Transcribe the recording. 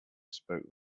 spoke